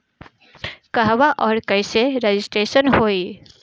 कहवा और कईसे रजिटेशन होई?